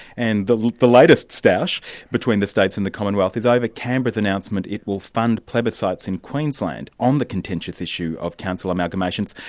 and the the latest stoush between the states and the commonwealth is over canberra's announcement it will fund plebiscites in queensland on the contentious issue of council amalgamations.